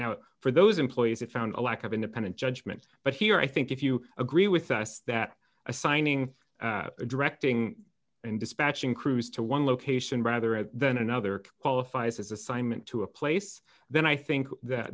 now for those employees it found a lack of independent judgment but here i think if you agree with us that assigning directing and dispatching crews to one location rather than another qualifies as assignment to a place then i think